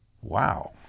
Wow